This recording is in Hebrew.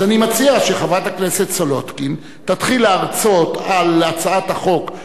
אני מציע שחברת הכנסת סולודקין תתחיל להרצות על הצעת החוק,